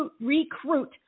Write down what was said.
recruit